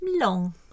Long